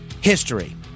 history